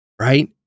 right